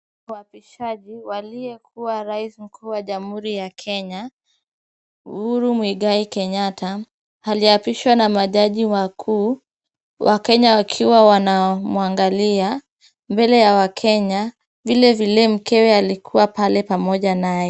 Uapishaji wa aliyekuwa rais mkuu wa jamhuri ya Kenya Uhuru Muigai Kenyatta. Aliapishwa na majaji wakuu, wakenya wakiwa wanamwangalia, mbele ya wakenya. Vilevile mkewe alikuwa pale pamoja naye.